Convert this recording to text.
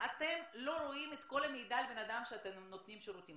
אתם לא רואים את כל המידע על בן אדם כשאתם נותנים שירותים.